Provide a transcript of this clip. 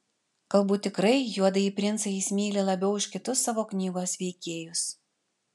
galbūt tikrai juodąjį princą jis myli labiau už kitus savo knygos veikėjus